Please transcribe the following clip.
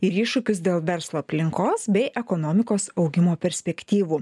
ir iššūkius dėl verslo aplinkos bei ekonomikos augimo perspektyvų